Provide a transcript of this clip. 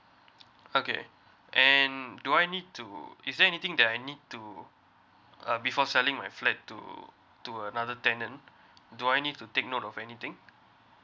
okay and do I need to is there anything that I need to uh before selling my flat to to another tenant do I need to take note of anything